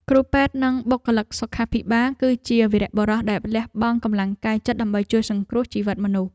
គ្រូពេទ្យនិងបុគ្គលិកសុខាភិបាល គឺជាវីរបុរសដែលលះបង់កម្លាំងកាយចិត្តដើម្បីជួយសង្គ្រោះជីវិតមនុស្ស។